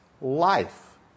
life